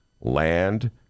Land